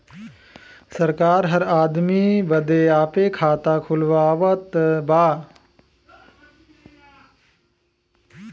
सरकार हर आदमी बदे आपे खाता खुलवावत बा